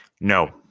No